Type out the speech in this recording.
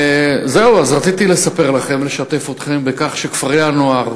רציתי לספר לכם ולשתף אתכם בכך שכפרי-הנוער